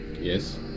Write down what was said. Yes